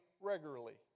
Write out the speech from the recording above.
regularly